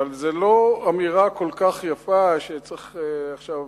אבל זו לא אמירה כל כך יפה שצריך עכשיו,